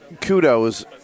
kudos